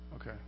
Okay